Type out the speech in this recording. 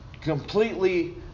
completely